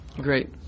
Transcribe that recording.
great